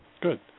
Good